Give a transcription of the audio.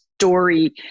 story